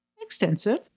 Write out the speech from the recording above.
extensive